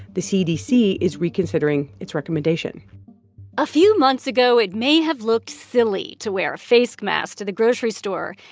the cdc is reconsidering its recommendation a few months ago, it may have looked silly to wear a face mask to the grocery store,